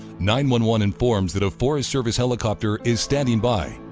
nine one one informs that a forest service helicopter is standing by.